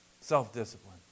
self-discipline